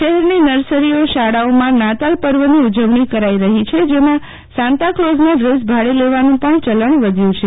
શહેરની નર્સરી શાળાઓમાં નાતાલ પર્વની ઉજવણી કરી રહ્યી છે જેમાં સાન્તા ક્લોઝના ડ્રેસ ભાડે લેવાનું ચલણ પણ વધ્યું છે